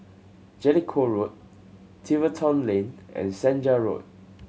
Jellicoe Road Tiverton Lane and Senja Road